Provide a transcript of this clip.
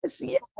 yes